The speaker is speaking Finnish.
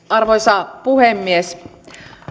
arvoisa puhemies